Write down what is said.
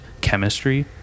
chemistry